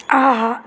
ஆஹா